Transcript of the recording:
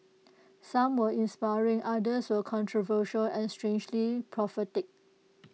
some were inspiring others were controversial and strangely prophetic